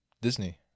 Disney